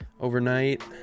overnight